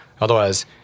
Otherwise